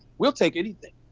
we'll take anything.